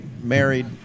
married